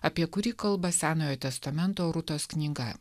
apie kurį kalba senojo testamento rūtos knyga